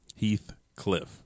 Heathcliff